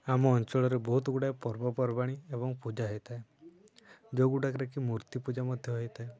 ଆମ ଅଞ୍ଚଳରେ ବହୁତ ଗୁଡ଼ାଏ ପର୍ବପର୍ବାଣି ଏବଂ ପୂଜା ହେଇଥାଏ ଯେଉଁଗୁଡ଼ାକରେ କି ମୂର୍ତ୍ତି ପୂଜା ମଧ୍ୟ ହେଇଥାଏ